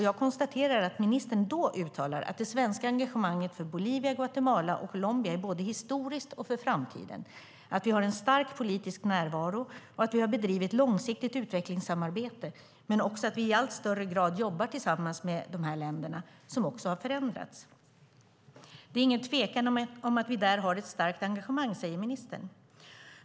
Jag konstaterar att ministen då uttalade att det svenska engagemanget för Bolivia, Guatemala och Colombia är både historiskt och för framtiden, att vi har en stark politisk närvaro, att vi har bedrivit långsiktigt utvecklingssamarbete och att vi i allt större grad jobbar tillsammans med dessa länder, som också har förändrats. Det är ingen tvekan om att vi där har ett starkt engagemang, säger ministern.